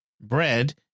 bread